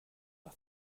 har